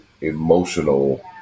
emotional